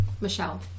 Michelle